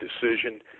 decision